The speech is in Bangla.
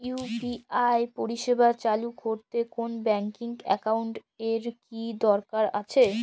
ইউ.পি.আই পরিষেবা চালু করতে কোন ব্যকিং একাউন্ট এর কি দরকার আছে?